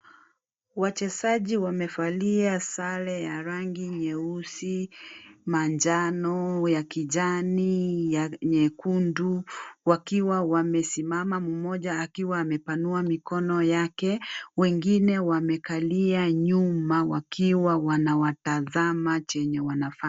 Wachezaji wamevalia sare ya rangi nyeusi , manjano, ya kijani ya nyekundu wakiwa wamesimama mmoja akiwa amepanua mikono yake wengine wamekalia nyuma wakiwa wanawatazama chenye wanafanya.